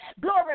Glory